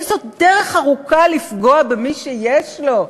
איזו דרך ארוכה לפגוע במי שיש לו,